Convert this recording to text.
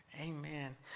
Amen